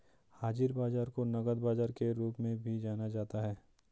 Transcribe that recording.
हाज़िर बाजार को नकद बाजार के रूप में भी जाना जाता है